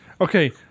Okay